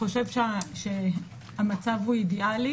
חושב שהמצב הוא אידיאלי